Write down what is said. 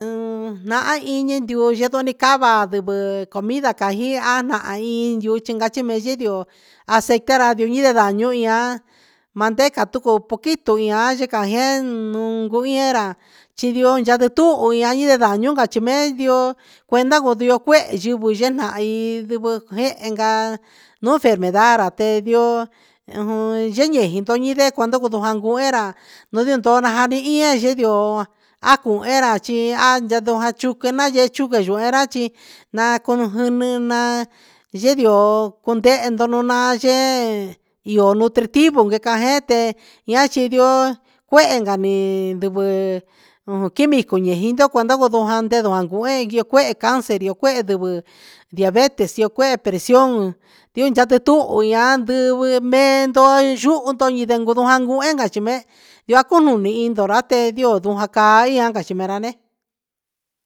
Nahan ii ndiu ndio ni cava sivɨ comida cajii ca nahan in yuxo cachi maan yindio aceite ca ra jio ra caa uian manteca poco poquito ian ca jeen nuun jiara chi yio cuu ndu tuhun ian ra cachi mee ndio cuenda cuu ndio cuehe yivɨ yenahan sivɨ cuehen can nduu nuun enfermedad a te ndioo yeie cua nduju cu juera chi a chucue na yee chucue yuehra chi na cono jini yee ndioo cundehe ndo nuun naan yee io nutritivo cujuete a chi ndioo cuehe cani ndivɨ quimico yee ji ndejio ndecuho ndeho jandivɨ io cuehe cancer io cuehe ndivɨ dibete io cuehe presin in ya ndu tuhun an ndivɨ meen ndoo yuhu ndo yunde guenda cachi mee yu cunumi nda ra te ndio ja cachi me ra ne.